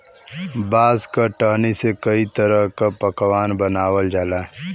बांस क टहनी से कई तरह क पकवान बनावल जाला